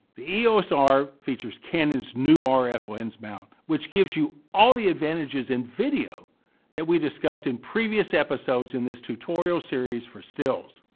the eos-r features canon's new ah rf lens mount, which gives you all the advantages in video that we discussed in previous episodes in this tutorial series for stills.